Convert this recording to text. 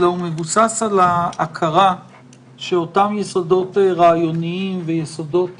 הוא מבוסס על ההכרה שאותם יסודות רעיוניים ויסודות